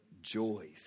Joys